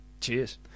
Cheers